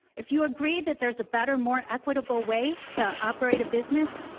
if you agree that there's a better, more equitable way to operate a business